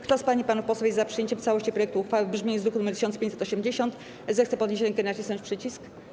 Kto z pań i panów posłów jest za przyjęciem w całości projektu uchwały w brzmieniu z druku nr 1580, zechce podnieść rękę i nacisnąć przycisk.